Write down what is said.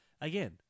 again